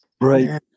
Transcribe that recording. Right